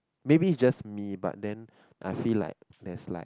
maybe it's just me but then I feel like there's like